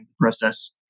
process